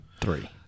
Three